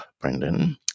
Brendan